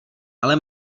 ale